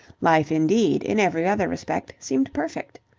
life indeed, in every other respect, seemed perfect.